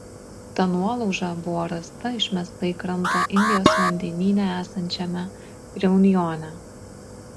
ta nuolauža buvo rasta išmesta į krantą indijos vandenyne esančiame reunjone